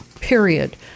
period